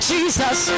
Jesus